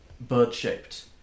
bird-shaped